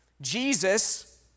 Jesus